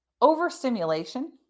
Overstimulation